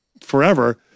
forever